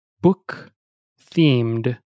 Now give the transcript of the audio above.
book-themed